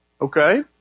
okay